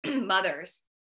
mothers